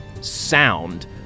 sound